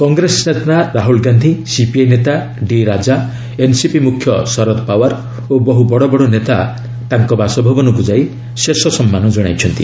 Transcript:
କଂଗ୍ରେସ ନେତା ରାହୁଲ୍ ଗାନ୍ଧୀ ସିପିଆଇ ନେତା D Raja NCP ମୁଖ୍ୟ ଶରଦ୍ ପାୱାର୍ ଓ ବହୁ ବଡ଼ ବଡ଼ ନେତାମାନେ ତାଙ୍କ ବାସଭବନକୁ ଯାଇ ଶେଷ ସମ୍ମାନ ଜଣାଇଛନ୍ତି